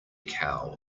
cow